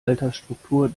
altersstruktur